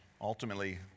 Ultimately